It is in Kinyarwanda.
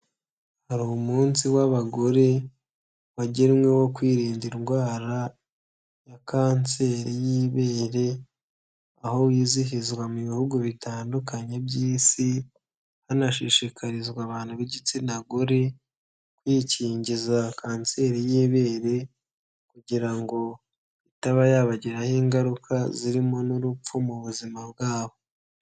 Hari umunsi w'abagore wagenwe wo kwirinda indwara ya kanseri y'ibere, aho yizihizwa mu bihugu bitandukanye by'Isi hanashishikarizwa abantu b'igitsina gore kwikingiza kanseri y'ibere, kugira ngo itaba yabagiraho ingaruka zirimo n'urupfu mu buzima bwabo.